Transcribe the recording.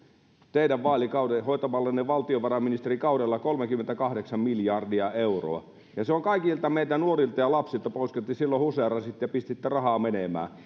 teidän vaalikaudellanne hoitamallanne valtiovarainministerikaudella kolmekymmentäkahdeksan miljardia euroa ja se on kaikilta meiltä nuorilta ja lapsilta pois kun te silloin huseerasitte ja pistitte rahaa menemään